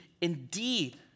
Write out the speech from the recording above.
indeed